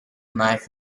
knife